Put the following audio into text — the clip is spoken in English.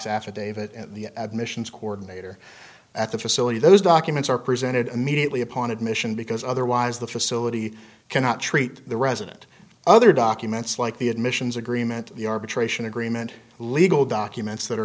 affidavit the admissions coordinator at the facility those documents are presented immediately upon admission because otherwise the facility cannot treat the resident other documents like the admissions agreement the arbitration agreement legal documents that are